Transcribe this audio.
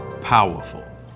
powerful